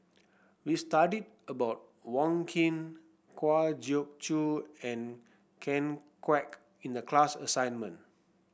we studied about Wong Keen Kwa Geok Choo and Ken Kwek in the class assignment